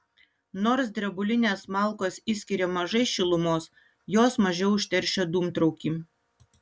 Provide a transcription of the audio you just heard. nors drebulinės malkos išskiria mažai šilumos jos mažiau užteršia dūmtraukį